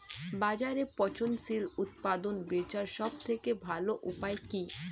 বাজারে পচনশীল উৎপাদন বেচার সবথেকে ভালো উপায় কি?